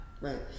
Right